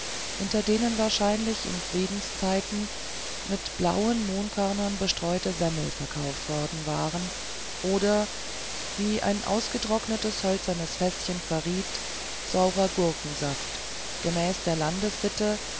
hinter denen wahrscheinlich in friedenszeiten mit blauen mohnkörnern bestreute semmeln verkauft worden waren oder wie ein ausgetrocknetes hölzernes fäßchen verriet saurer gurkensaft gemäß der